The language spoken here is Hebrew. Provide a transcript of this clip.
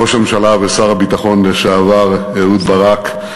ראש הממשלה ושר הביטחון לשעבר אהוד ברק,